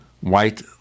white